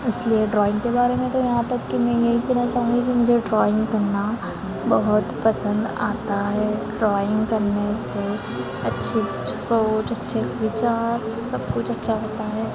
इसलिए ड्रॉइंग के बारे में तो यहाँ तक कि मैं यही कहना चाहूँगी कि मुझे ड्रॉइंग करना बहुत पसंद आता है ड्रॉइंग करने से अच्छी सोच अच्छे विचार सब कुछ अच्छा होता है